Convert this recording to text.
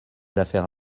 affaire